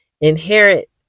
inherit